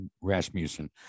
Rasmussen